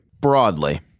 Broadly